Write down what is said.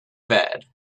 bed